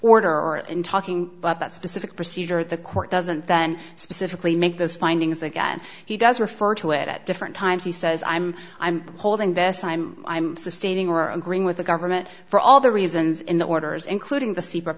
order or in talking about that specific procedure the court doesn't then specifically make those findings again he does refer to it at different times he says i'm i'm holding best time i'm sustaining or agreeing with the government for all the reasons in the orders including the secret